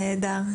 נהדר.